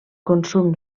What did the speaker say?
consum